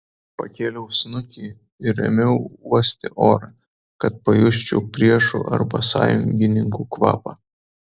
pakėliau snukį ir ėmiau uosti orą kad pajusčiau priešų arba sąjungininkų kvapą